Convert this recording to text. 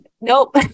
nope